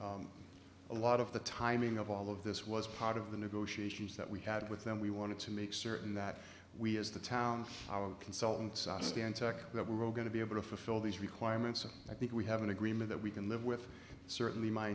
a a lot of the timing of all of this was part of the negotiations that we had with them we want to make certain that we as the town our consultant stand that we're all going to be able to fulfill these requirements and i think we have an agreement that we can live with certainly my